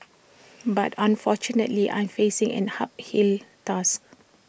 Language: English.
but unfortunately I'm facing an uphill task